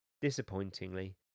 Disappointingly